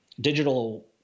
digital